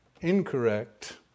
incorrect